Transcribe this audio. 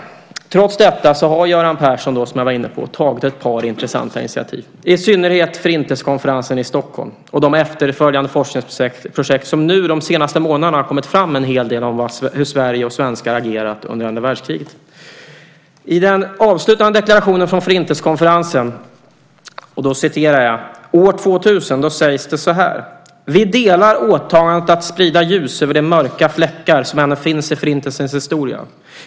Trots detta har Göran Persson tagit ett par intressanta initiativ, som jag var inne på, i synnerhet Förintelsekonferensen i Stockholm och de efterföljande forskningsprojekt som nu de senaste månaderna har kommit fram med en hel del om hur Sverige och svenskar agerade under andra världskriget. I den avslutade deklarationen från Förintelsekonferensen år 2000 sägs det så här: Vi delar åtagandet att sprida ljus över de mörka fläckar som ännu finns i Förintelsens historia.